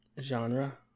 genre